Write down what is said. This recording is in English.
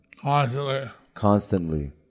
Constantly